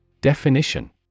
Definition